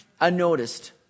unnoticed